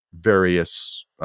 various